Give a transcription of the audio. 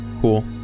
cool